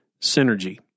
synergy